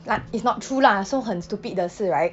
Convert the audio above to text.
like it's not true lah so 很 stupid 的是 right